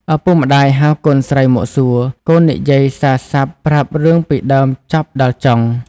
ឪពុកម្ដាយហៅកូនស្រីមកសួរកូននិយាយសារស័ព្ទប្រាប់រឿងពីដើមចប់ដល់ចុង។